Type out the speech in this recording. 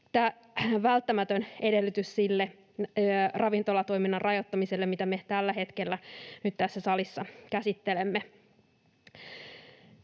välttämätön edellytys sille ravintolatoiminnan rajoittamiselle, mitä me tällä hetkellä nyt tässä salissa käsittelemme.